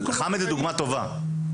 חמד הוא דוגמה טובה.